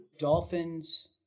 dolphins